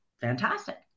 Fantastic